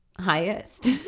highest